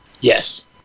Yes